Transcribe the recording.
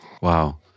Wow